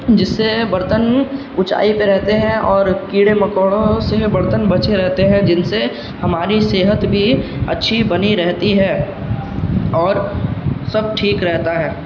جس سے برتن اونچائی پہ رہتے ہیں اور کیڑے مکوڑوں سے برتن بچے رہتے ہیں جن سے ہماری صحت بھی اچھی بنی رہتی ہے اور سب ٹھیک رہتا ہے